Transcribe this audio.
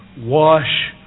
wash